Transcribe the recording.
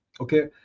Okay